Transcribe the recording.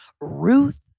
Ruth